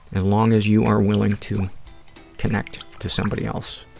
as long as you are willing to connect to somebody else,